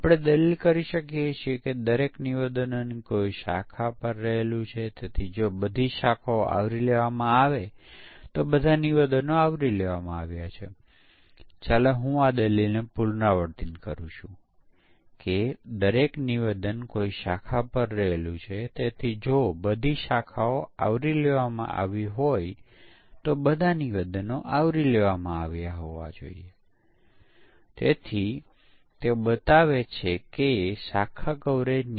જ્યારે તમે ધ્યાનમાં લો આપણે સમકક્ષ વર્ગો વિકસિત કર્યા છે કોઈપણ સમકક્ષ વર્ગ માટે બધા મૂલ્યો અન્ય મૂલ્યોની સમકક્ષ હોય છે એ અર્થમાં કે કોઈપણ મૂલ્ય માટે સોફ્ટવેરને તપાસવું તે વર્ગના અન્ય તમામ મૂલ્યો સાથે તપાસવા જેટલું સારું છે